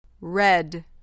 red